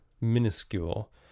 minuscule